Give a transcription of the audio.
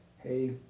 Hey